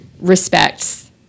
respects